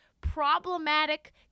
problematic